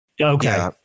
Okay